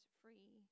free